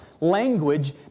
language